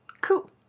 Cool